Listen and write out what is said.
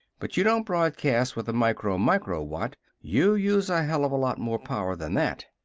but you don't broadcast with a micro-micro-watt. you use a hell of a lot more power than that!